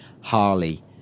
Harley